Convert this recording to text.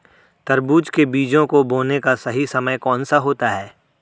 तरबूज के बीजों को बोने का सही समय कौनसा होता है?